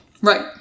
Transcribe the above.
Right